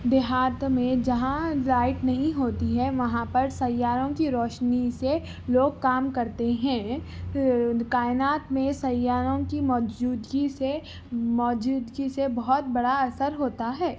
دیہات میں جہاں لائٹ نہیں ہوتی ہے وہاں پر سیاروں کی روشنی سے لوگ کام کرتے ہیں کائنات میں سیاروں کی موجودگی سے موجودگی سے بہت بڑا اثر ہوتا ہے